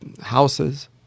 houses